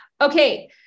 Okay